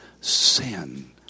sin